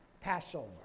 Passover